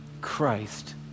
Christ